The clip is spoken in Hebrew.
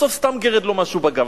בסוף סתם גירד לו משהו בגב.